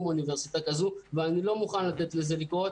אוניברסיטה כזו ואני לא מוכן לתת לזה לקרות